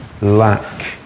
lack